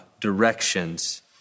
directions